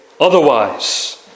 otherwise